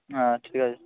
হ্যাঁ ঠিক আছে